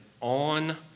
On